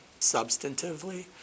substantively